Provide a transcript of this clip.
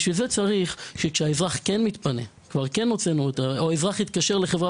בשביל זה צריך שכשאזרח מתפנה או אזרח התקשר לחברה